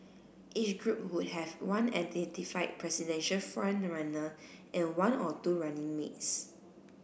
each group would have one identified presidential front runner and one or two running mates